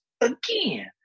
again